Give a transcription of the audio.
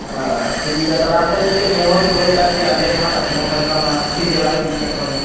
ᱦᱮᱸ ᱴᱷᱤᱠ ᱜᱮᱭᱟ ᱛᱟᱦᱚᱞᱮ ᱟᱢ ᱴᱷᱮᱱ ᱢᱤᱫᱴᱮᱱ ᱱᱮᱦᱚᱨᱤᱧ ᱫᱚᱦᱚᱭᱮᱜᱼᱟ ᱡᱮ ᱟᱞᱮᱭᱟᱜ ᱡᱟᱦᱟᱸ ᱴᱟᱜ ᱥᱚᱢᱳᱥᱟ ᱢᱮᱱᱟᱜᱼᱟ ᱚᱱᱟ ᱥᱚᱴᱷᱤᱠ ᱡᱟᱜᱟ ᱨᱮ ᱤᱫᱤ ᱥᱮᱴᱮᱨ ᱢᱮ